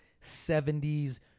70s